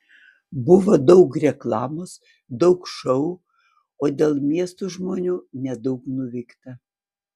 buvo daug reklamos daug šou o dėl miesto žmonių nedaug nuveikta